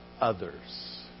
others